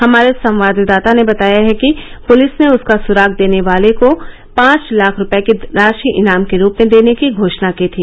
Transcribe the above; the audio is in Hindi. हमारे संवाददाता ने बताया है कि पुलिस ने उसका सुराग देने वालों को पांच लाख रूपये की राशि इनाम के रूप में देने की घोषणा की थी